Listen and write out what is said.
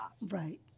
Right